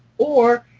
or,